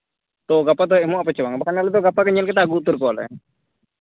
ᱛᱳ ᱜᱟᱯᱟ ᱫᱚ ᱮᱢᱚᱜ ᱟᱯᱮ ᱥᱮ ᱵᱟᱝᱼᱟ ᱵᱟᱝᱠᱷᱟᱱ ᱟᱞᱮ ᱫᱚ ᱜᱟᱯᱟᱜᱮ ᱧᱮᱞ ᱠᱟᱛᱮᱫ ᱟᱹᱜᱩ ᱩᱛᱟᱹᱨ ᱠᱚᱣᱟᱞᱮ